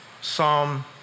Psalm